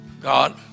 God